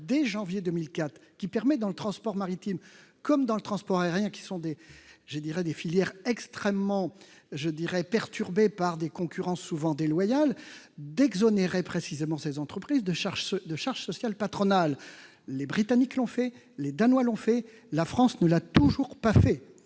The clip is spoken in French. dès janvier 2004, qui permettent, dans le transport maritime comme dans le transport aérien- ce sont des filières extrêmement perturbées par des concurrences souvent déloyales -, d'exonérer ces entreprises de charges sociales patronales. Les Britanniques et les Danois l'ont fait, alors que la France